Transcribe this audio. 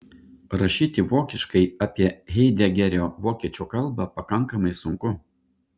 rašyti vokiškai apie haidegerio vokiečių kalbą pakankamai sunku